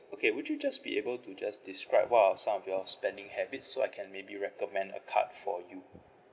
okay would you just be able to just describe what are some of your spending habits so I can maybe recommend a card for you